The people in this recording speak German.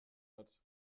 hat